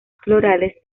florales